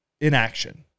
inaction